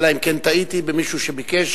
אלא אם כן טעיתי במישהו שביקש,